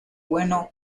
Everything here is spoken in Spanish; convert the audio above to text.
bueno